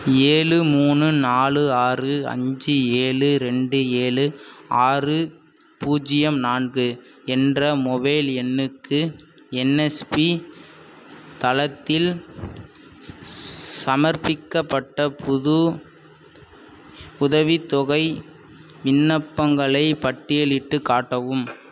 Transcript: ஏழு மூணு நாலு ஆறு அஞ்சு ஏழு ரெண்டு ஏழு ஆறு பூஜ்ஜியம் நான்கு என்ற மொபைல் எண்ணுக்கு என்எஸ்பி தளத்தில் சமர்ப்பிக்கப்பட்ட புது உதவித்தொகை விண்ணப்பங்களைப் பட்டியலிட்டுக் காட்டவும்